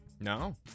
No